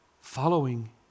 Following